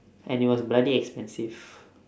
and it was bloody expensive